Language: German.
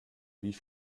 wie